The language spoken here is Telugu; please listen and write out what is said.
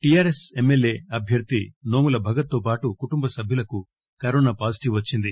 టిఆర్ఎస్ ఎమ్మెల్యే అభ్యర్ది నోముల భగత్ తో పాటు కుటుంబ సభ్యులకు కరోనా పాజిటివ్ వచ్చింది